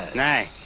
night.